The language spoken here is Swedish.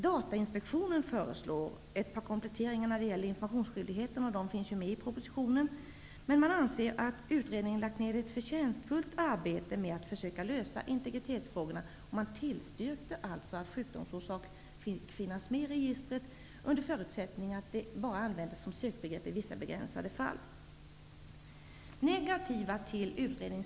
Datainspektionen föreslår ett par kompletteringar när det gäller informationsskyldigheten. De finns också med i propositionen. Datainspektionen anser att utredningen har lagt ner ett förtjänstfullt arbete för att försöka lösa integritetsfrågorna och tillstyrker förslaget att sjukdomsorsak får finnas med i registret, under förutsättning att den bara används som sökbegrepp i vissa, begränsade fall.